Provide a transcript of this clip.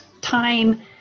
time